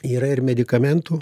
yra ir medikamentų